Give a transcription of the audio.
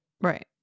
Right